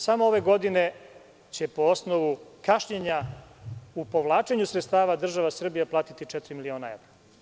Samo ove godine će po osnovu kašnjenja u povlačenju sredstava, država Srbija platiti četiri miliona evra.